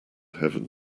heaven